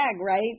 right